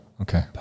Okay